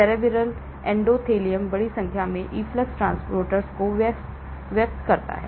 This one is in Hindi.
सेरेब्रल एंडोथेलियम बड़ी संख्या में इफ्लक्स ट्रांसपोर्टरों को व्यक्त करता है